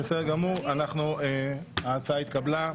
ההצעה התקבלה.